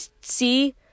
see